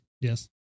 Yes